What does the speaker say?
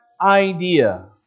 idea